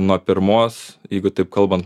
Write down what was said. nuo pirmos jeigu taip kalbant